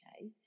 okay